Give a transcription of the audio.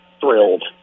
thrilled